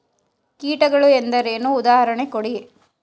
ಕೀಟಗಳು ಎಂದರೇನು? ಉದಾಹರಣೆ ಕೊಡಿ?